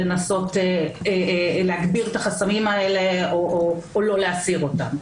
של לנסות להגביר את החסמים האלה או לא להסיר אותם.